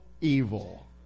evil